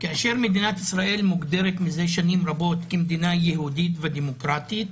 כאשר מדינת ישראל מוגדרת מזה שנים רבות כמדינה יהודית ודמוקרטית,